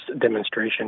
demonstration